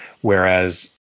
whereas